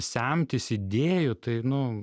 semtis idėjų tai nu